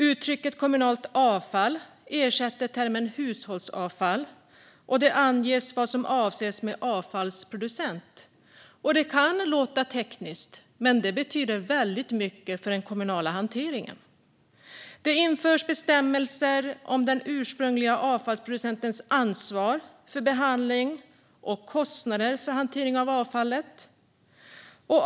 Uttrycket kommunalt avfall ersätter termen hushållsavfall, och det anges vad som avses med avfallsproducent. Det kan låta tekniskt, men det betyder väldigt mycket för den kommunala hanteringen. Det införs bestämmelser om den ursprungliga avfallsproducentens ansvar för behandling och kostnader för hantering av avfallet.